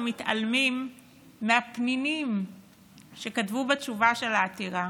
מתעלמים מהפנינים שכתבו בתשובה על העתירה,